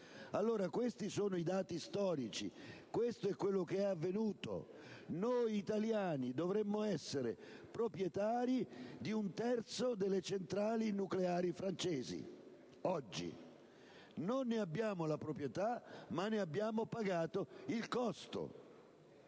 Questi sono i dati storici, questo è quanto è avvenuto. Noi italiani dovremmo oggi essere proprietari di un terzo delle centrali nucleari francesi: non ne abbiamo la proprietà, ma ne abbiamo pagato il costo.